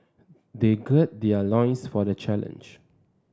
they gird their loins for the challenge